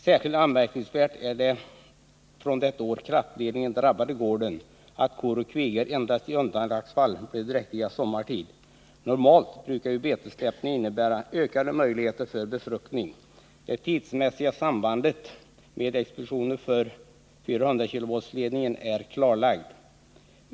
Särskilt anmärkningsvärt är att från det år då kraftledningen drabbade gården blev kor och kvigor endast i undantagsfall dräktiga sommartid. Normalt brukar betessläppningen innebära ökade möjligheter för befruktning. Det tidsmässiga sambandet med expositioner från 400 kV-ledningen är klarlagt.